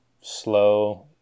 Slow